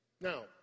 Now